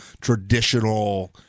traditional